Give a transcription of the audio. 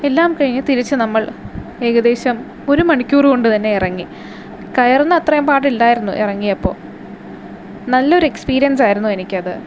എല്ലാം കഴിഞ്ഞ് തിരിച്ച് നമ്മൾ ഏകദേശം ഒരു മണിക്കൂർ കൊണ്ടു തന്നെ ഇറങ്ങി കയറുന്ന അത്രയും പാടില്ലായിരുന്നു ഇറങ്ങിയപ്പോൾ നല്ലൊരു എക്സ്പീരിയൻസായിരുന്നു എനിക്കത്